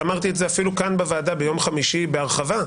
ואמרתי את זה אפילו כאן בוועדה ביום חמישי בהרחבה,